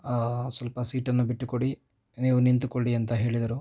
ಸ್ವಲ್ಪ ಸೀಟನ್ನು ಬಿಟ್ಟುಕೊಡಿ ನೀವು ನಿಂತುಕೊಳ್ಳಿ ಅಂತ ಹೇಳಿದರು